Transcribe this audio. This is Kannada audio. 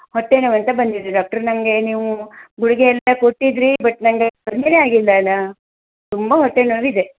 ಹೊಟ್ಟೆ ನೋವಂತ ಬಂದಿದ್ದೆ ಡಾಕ್ಟರ್ ನನಗೆ ನೀವು ಗುಳಿಗೆ ಎಲ್ಲ ಕೊಟ್ಟಿದ್ದಿರಿ ಬಟ್ ನನಗೆ ಕಡಿಮೆನೆ ಆಗಿಲ್ಲಲ್ಲ ತುಂಬ ಹೊಟ್ಟೆ ನೋವಿದೆ